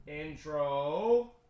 Intro